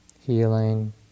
healing